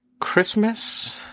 Christmas